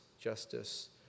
justice